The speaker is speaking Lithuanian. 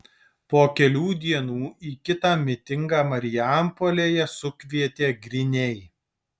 po kelių dienų į kitą mitingą marijampolėje sukvietė griniai